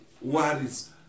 worries